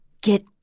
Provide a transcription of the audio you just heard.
Get